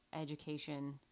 education